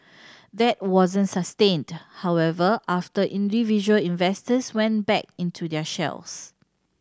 that wasn't sustained however after individual investors went back into their shells